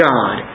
God